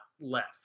left